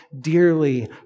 dearly